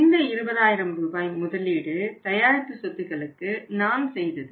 இந்த 20000 ரூபாய் முதலீடு தயாரிப்பு சொத்துக்களுக்கு நாம் செய்தது